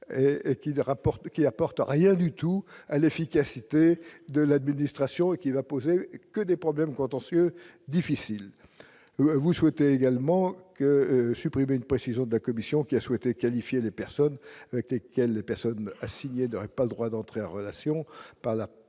qui apportent rien du tout à l'efficacité de l'administration qui va poser des problèmes contentieux difficile vous souhaitez également que supprimer une précision de la commission qui est souhaitée, qualifier les personnes avec lesquelles ne personne a signé d'aurait pas le droit d'entrer en relation par la par